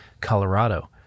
Colorado